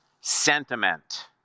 sentiment